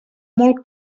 molt